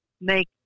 make